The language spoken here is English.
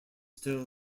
still